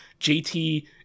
JT